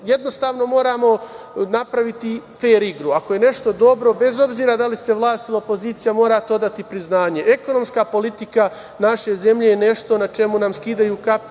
Jednostavno, moramo napraviti fer igru. Ako je nešto dobro, bez obzira da li ste vlast ili opozicija, morate odati priznanje. Ekonomska politika naše zemlje je nešto na čemu nam skidaju kapu